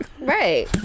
Right